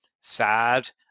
sad